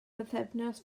bythefnos